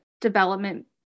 development